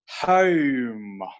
home